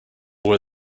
were